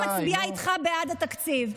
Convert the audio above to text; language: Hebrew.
אם זה לא ככה, אני מצביעה איתך בעד התקציב.